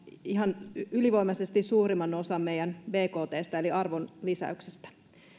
ihan ylivoimaisesti suurimman osan meidän bktsta eli arvonlisäyksestä